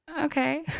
Okay